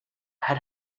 had